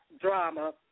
drama